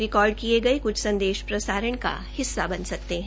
record किये गये क्छ संदेश प्रसारण का हिस्सा बन सकते है